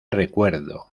recuerdo